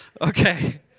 Okay